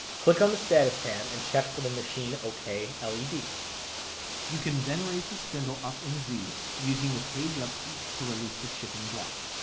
click on the status tab and check for the machine ok ah led. you can then raise the spindle up in z using the page up key. to release the shipping block,